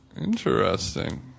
Interesting